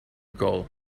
goal